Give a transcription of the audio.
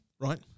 Right